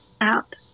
out